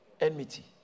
enmity